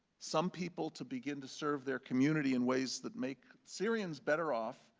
some people to begin to serve their community in ways that make syrians better off,